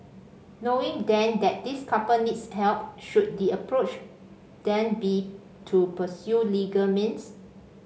knowing then that this couple needs help should the approach then be to pursue legal means